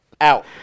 Out